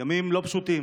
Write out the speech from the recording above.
ימים לא פשוטים,